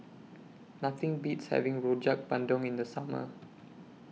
Nothing Beats having Rojak Bandung in The Summer